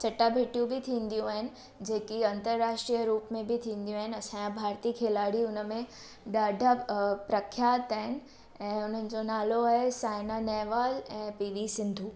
चटा भेटियूं बि थींदियूं आहिनि जेकी अंतराष्ट्रीय रुप में बि थींदियूं आहिनि असांजा भारतीय खिलाड़ी उनमें ॾाढा अ प्रख्यात आहिनि ऐं उन्हनि जो नालो आहे साइना नेहवाल ऐं पी वी सिंधू